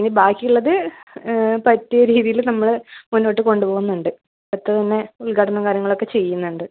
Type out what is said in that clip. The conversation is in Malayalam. ഇനി ബാക്കിയുള്ളത് പറ്റിയ രീതിയിൽ നമ്മൾ മുന്നോട്ട് കൊണ്ടു പോകുന്നുണ്ട് അടുത്ത് തന്നെ ഉദ്ഘാടനവും കാര്യങ്ങളൊക്കെ ചെയ്യുന്നുണ്ട്